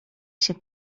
się